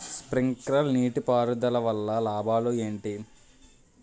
Sprinkler నీటిపారుదల వల్ల లాభాలు ఏంటి?